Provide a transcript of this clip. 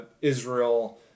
Israel